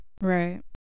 right